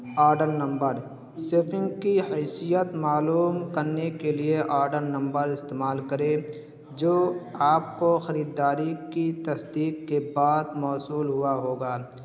order number shipping کی حیثیت معلوم کرنے کے لیے آڈر نمبر استعمال کریں جو آپ کو خریداری کی تصدیق کے بعد موصول ہوا ہوگا